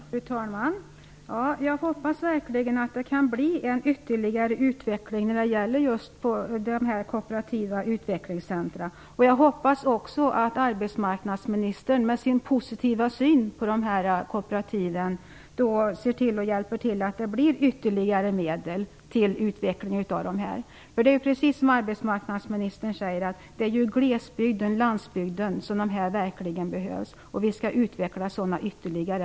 Fru talman! Jag hoppas verkligen att det kan bli en ytterligare utveckling när det gäller dessa kooperativa utvecklingscentra. Jag hoppas att arbetsmarknadsministern, med sin positiva syn på dessa kooperativ, hjälper till så att det blir ytterligare medel till en utveckling av dem. Det är i glesbygden och på landsbygden som de verkligen behövs, precis som arbetsmarknadsministern säger. Jag anser också att vi skall utveckla dem ytterligare.